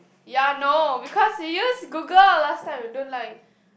ya no because you use Google last time you don't lie